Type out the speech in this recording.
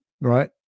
right